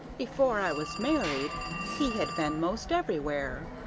before i was married he had been most everywhere.